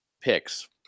picks